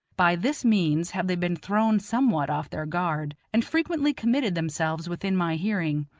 by this means have they been thrown somewhat off their guard, and frequently committed themselves within my hearing.